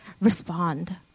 Respond